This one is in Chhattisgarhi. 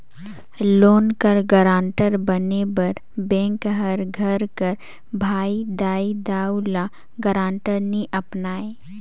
लोन कर गारंटर बने बर बेंक हर घर कर भाई, दाई, दाऊ, ल गारंटर नी अपनाए